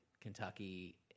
Kentucky